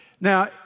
Now